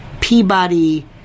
Peabody